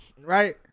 Right